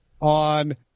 on